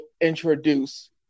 introduce